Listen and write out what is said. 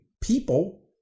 people